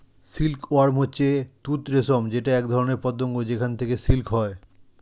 silk worm হচ্ছে তুত রেশম যেটা একধরনের পতঙ্গ যেখান থেকে সিল্ক হয়